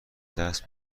دست